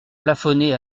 plafonnées